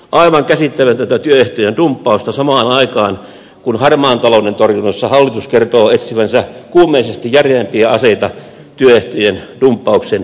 aivan käsittämätöntä työehtojen dumppausta samaan aikaan kun harmaan talouden torjunnassa hallitus kertoo etsivänsä kuumeisesti järeämpiä aseita työehtojen dumppauksen juurimiseksi